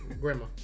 Grandma